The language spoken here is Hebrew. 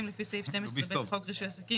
לפי סעיף 12(ב) לחוק רישוי עסקים,